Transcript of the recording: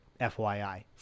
FYI